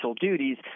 duties